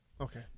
Okay